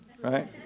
right